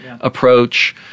approach